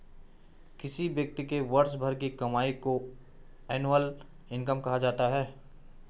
किसी व्यक्ति के वर्ष भर की कमाई को एनुअल इनकम कहा जाता है